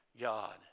God